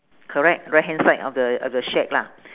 correct right hand side of the of the shack lah